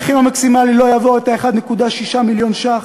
המחיר המקסימלי לא יעבור 1.6 מיליון ש"ח.